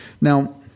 Now